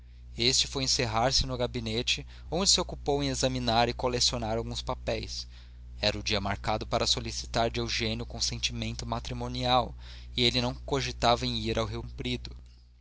este foi encerrar-se no gabinete onde se ocupou em examinar e colecionar alguns papéis era o dia marcado para solicitar de eugênia o consentimento matrimonial e ele não cogitava em ir ao rio comprido